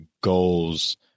goals